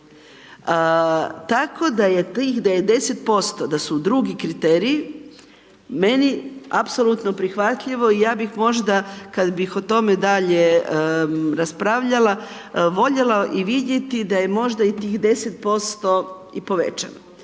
tih, da je 10%, da su drugi kriteriji, meni apsolutno prihvatljivo i ja bih možda kad bih o tome dalje raspravljala voljela i vidjeti da je možda i tih 10% i povećano.